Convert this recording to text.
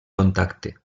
contacte